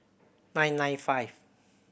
nine nine five